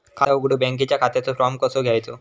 खाता उघडुक बँकेच्या खात्याचो फार्म कसो घ्यायचो?